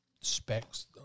specs